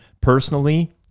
personally